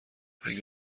اگه